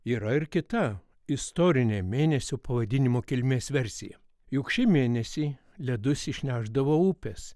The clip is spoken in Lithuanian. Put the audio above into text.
yra ir kita istorinė mėnesio pavadinimo kilmės versija juk šį mėnesį ledus išnešdavo upės